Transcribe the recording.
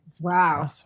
Wow